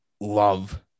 Love